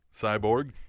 Cyborg